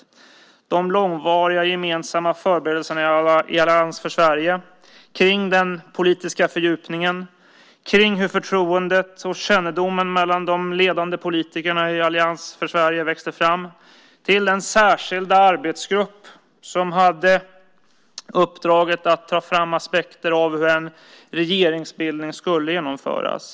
Han har redogjort för de långvariga gemensamma förberedelserna i Allians för Sverige kring den politiska fördjupningen och för hur förtroendet och kännedomen mellan de ledande politikerna i Allians för Sverige växte fram till den särskilda arbetsgrupp som hade uppdraget att ta fram aspekter på hur en regeringsbildning skulle genomföras.